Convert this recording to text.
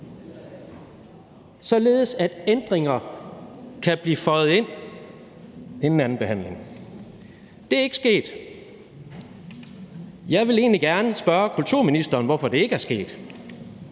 således at ændringer kan blive indføjet inden andenbehandlingen. Det er ikke sket. Jeg vil egentlig gerne spørge kulturministeren om, hvorfor det ikke er sket,